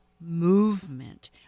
Movement